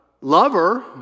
lover